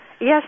Yes